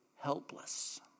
helpless